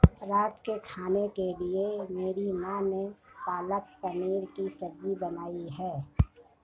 रात के खाने के लिए मेरी मां ने पालक पनीर की सब्जी बनाई है